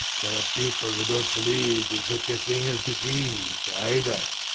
there are people who dont believe theres such a thing as disease either.